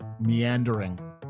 meandering